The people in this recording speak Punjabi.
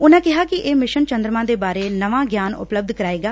ਉਨ੍ਨਾਂ ਕਿਹਾ ਕਿ ਇਹ ਮਿਸ਼ਨ ਚੰਦਰਮਾ ਦੇ ਬਾਰੇ ਨਵਾਂ ਗਿਆਨ ਉਪਲੱਬਧ ਕਰਾਏਗਾ